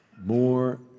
More